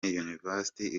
university